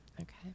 Okay